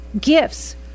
gifts